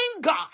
God